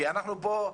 אנחנו כאן.